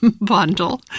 Bundle